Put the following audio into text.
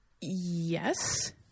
Yes